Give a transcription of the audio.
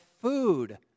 food